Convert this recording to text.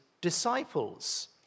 disciples